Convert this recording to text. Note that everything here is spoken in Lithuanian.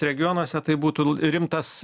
regionuose tai būtų rimtas